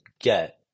get